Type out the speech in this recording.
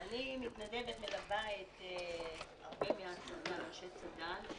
אני מתנדבת שמלווה רבים מאנשי צד"ל.